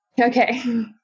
okay